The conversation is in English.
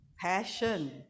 passion